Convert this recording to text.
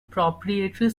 proprietary